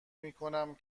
میکنم